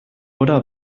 oder